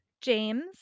James